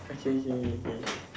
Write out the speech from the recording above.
okay okay okay